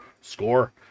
score